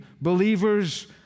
believers